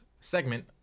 segment